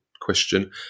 question